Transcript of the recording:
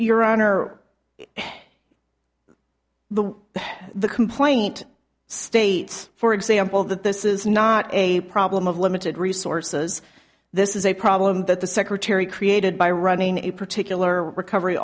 honor the the complaint states for example that this is not a problem of limited resources this is a problem that the secretary created by running a particular recovery